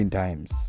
times